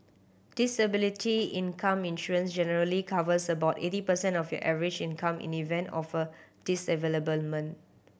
disability income insurance generally covers about eighty percent of your average income in the event of a disablement